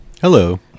hello